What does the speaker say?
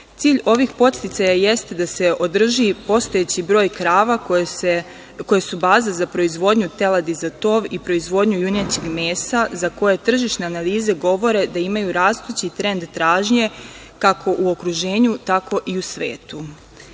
Cilj ovih podsticaja jeste da se održi postojeći broj krava koje su baza za proizvodnju teladi za tov i proizvodnju junećeg mesa, za koje tržišne analize govore da imaju rastući trend tražnje, kako u okruženju, tako i u svetu.